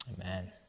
Amen